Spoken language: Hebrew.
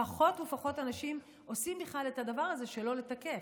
ופחות אנשים עושים בכלל את הדבר הזה של לא לתקף.